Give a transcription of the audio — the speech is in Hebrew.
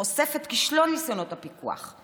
חושף את כישלון ניסיונות הפיקוח.